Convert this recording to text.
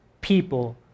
people